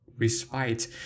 respite